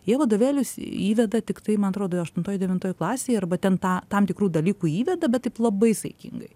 jie vadovėlius įveda tiktai man atrodo aštuntoj devintoj klasėj arba ten tą tam tikrų dalykų įveda bet taip labai saikingai